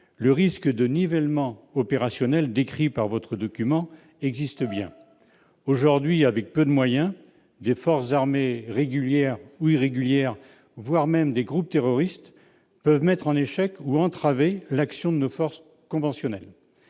le risque de « nivellement opérationnel » décrit dans votre document existe bien. Aujourd'hui, avec peu de moyens, des forces armées régulières ou irrégulières, voire des groupes terroristes, peuvent mettre en échec ou entraver l'action de nos forces conventionnelles.